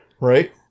right